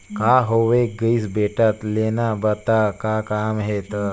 का होये गइस बेटा लेना बता का काम हे त